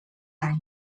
anys